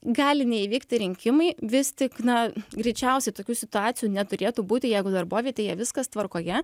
gali neįvykti rinkimai vis tik na greičiausiai tokių situacijų neturėtų būti jeigu darbovietėje viskas tvarkoje